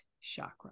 chakra